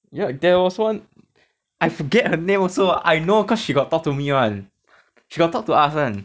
ya there was one I forget her name also I know cause she got talk to me [one] she got talk to us [one]